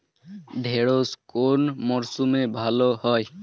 ঢেঁড়শ কোন মরশুমে ভালো হয়?